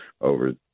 over